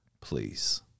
please